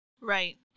Right